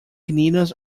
canadians